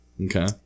Okay